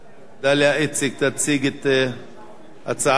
דליה איציק תציג את הצעת החוק.